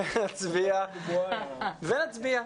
-- ונצביע.